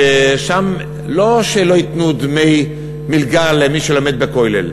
ששם לא שלא ייתנו דמי מלגה למי שלומד בכולל,